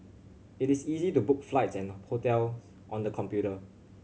it is easy to book flights and hotels on the computer